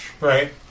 Right